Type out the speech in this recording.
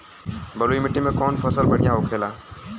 बलुई मिट्टी में कौन फसल बढ़ियां होखे ला?